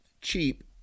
cheap